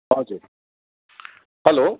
हजुर हेलो